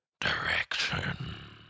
direction